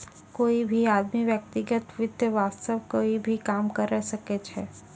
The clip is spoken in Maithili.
कोई भी आदमी व्यक्तिगत वित्त वास्तअ कोई भी काम करअ सकय छै